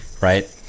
right